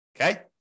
Okay